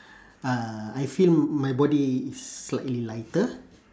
uh I feel my body is slightly lighter